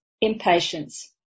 impatience